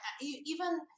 even-